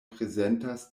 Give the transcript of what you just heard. prezentas